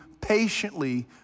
patiently